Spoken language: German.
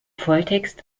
volltext